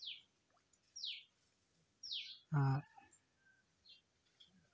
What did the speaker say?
ᱟᱨ